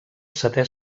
setè